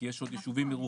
כי יש עוד יישובים מרוחקים